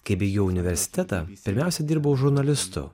kai baigiau universitetą pirmiausia dirbau žurnalistu